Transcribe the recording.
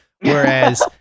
whereas